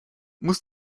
muss